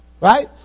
right